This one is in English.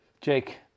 Jake